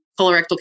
colorectal